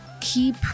keep